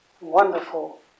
wonderful